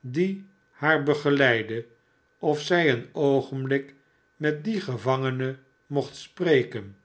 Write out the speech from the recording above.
die haar begeleidde of zij een oogenblik met dien gevangene mocht spreken